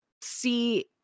see